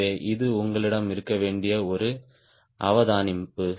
எனவே இது உங்களிடம் இருக்க வேண்டிய ஒரு அவதானிப்பு